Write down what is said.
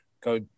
go